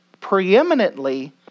preeminently